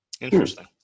Interesting